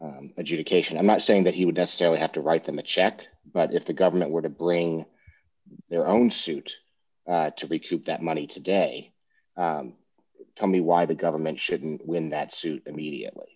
adjudication i'm not saying that he would necessarily have to write them a check but if the government were to bring their own suit to recoup that money today tell me why the government shouldn't win that suit immediately